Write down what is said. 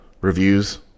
reviews